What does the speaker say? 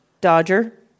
Dodger